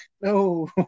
no